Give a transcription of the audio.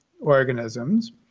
organisms